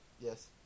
Yes